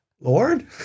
Lord